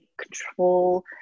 control